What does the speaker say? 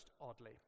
oddly